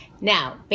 Now